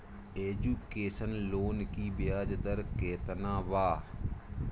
Education loan की ब्याज दर केतना बा?